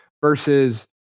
versus